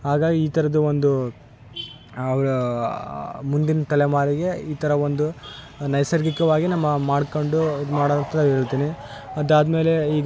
ಹಾಗಾಗಿ ಈ ಥರದ್ ಒಂದು ಅವ್ರು ಮುಂದಿನ ತಲೆಮಾರಿಗೆ ಈ ಥರ ಒಂದು ನೈಸರ್ಗಿಕವಾಗಿ ನಮ್ಮ ಮಾಡ್ಕೊಂಡು ಇದು ಮಾಡು ಅಂತ ಹೇಳ್ತಿನಿ ಅದಾದ್ಮೇಲೆ ಈಗ ವಾ